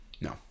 no